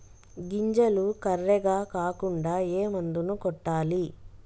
గింజలు కర్రెగ కాకుండా ఏ మందును కొట్టాలి?